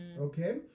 okay